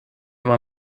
war